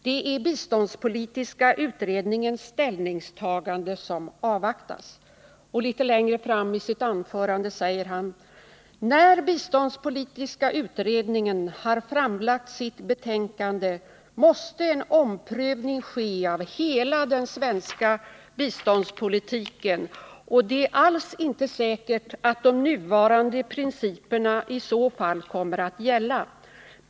Det är biståndspolitiska utredningens ställningstagande som avvaktas.” Litet längre fram i sitt anförande säger han: ”När biståndspolitiska utredningen har framlagt sitt betänkande måste en omprövning ske av hela den svenska biståndspolitiken, och det är alls inte säkert att de nuvarande principerna i så fall kommer att gälla.